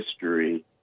history